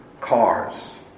cars